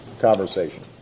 conversation